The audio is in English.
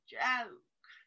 joke